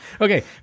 Okay